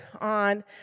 on